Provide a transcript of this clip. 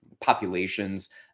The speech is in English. populations